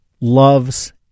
loves